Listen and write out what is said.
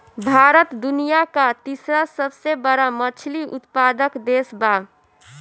भारत दुनिया का तीसरा सबसे बड़ा मछली उत्पादक देश बा